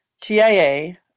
TIA